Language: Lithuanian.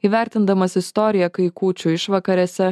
įvertindamas istoriją kai kūčių išvakarėse